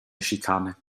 schikane